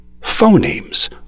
Phonemes